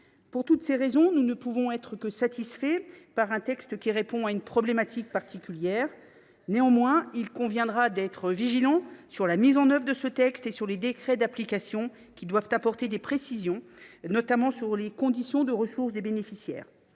Pour toutes ces raisons, nous ne pouvons qu’être satisfaits par un texte qui répond à une problématique particulière. Néanmoins, il conviendra d’être vigilant sur la mise en œuvre de ce texte et sur les décrets d’application qui doivent apporter des précisions, notamment sur les conditions de ressources des bénéficiaires.